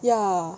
ya